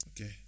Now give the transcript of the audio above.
Okay